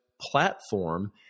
platform